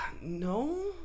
No